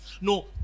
No